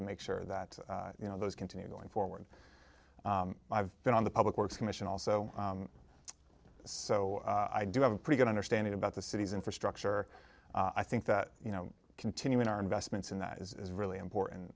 to make sure that you know those continue going forward i've been on the public works commission also so i do have a pretty good understanding about the city's infrastructure i think that you know continuing our investments in that is really important